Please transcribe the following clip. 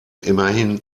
immerhin